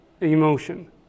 emotion